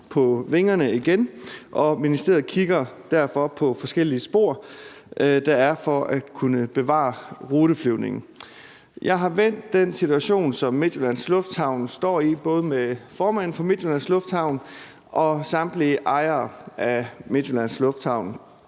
på vingerne igen, og ministeriet kigger derfor på forskellige spor, der er, for at kunne bevare ruteflyvningen. Jeg har vendt den situation, som Midtjyllands Lufthavn står i, med både formanden for Midtjyllands Lufthavn og samtlige ejere af Midtjyllands Lufthavn,